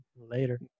Later